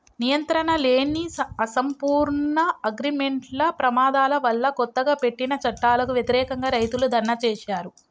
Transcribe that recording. నియంత్రణలేని, అసంపూర్ణ అగ్రిమార్కెట్ల ప్రమాదాల వల్లకొత్తగా పెట్టిన చట్టాలకు వ్యతిరేకంగా, రైతులు ధర్నా చేశారు